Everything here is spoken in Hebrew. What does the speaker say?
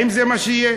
האם זה מה שיהיה?